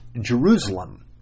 Jerusalem